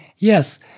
Yes